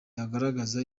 agaragaza